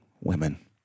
women